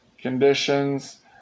conditions